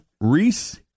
Reese